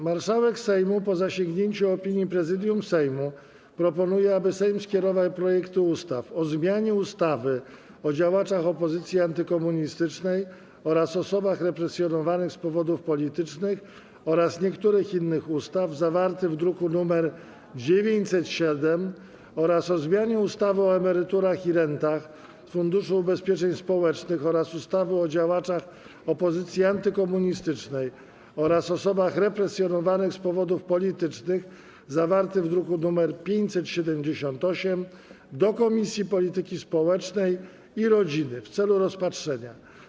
Marszałek Sejmu, po zasięgnięciu opinii Prezydium Sejmu, proponuje, aby Sejm skierował projekty ustaw: - o zmianie ustawy o działaczach opozycji antykomunistycznej oraz osobach represjonowanych z powodów politycznych oraz niektórych innych ustaw, zawarty w druku nr 907 oraz: - o zmianie ustawy o emeryturach i rentach z Funduszu Ubezpieczeń Społecznych oraz ustawy o działaczach opozycji antykomunistycznej oraz osobach represjonowanych z powodów politycznych, zawarty w druku nr 578, do Komisji Polityki Społecznej i Rodziny w celu rozpatrzenia.